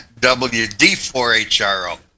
WD4HRO